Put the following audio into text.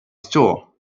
store